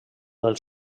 del